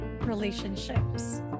relationships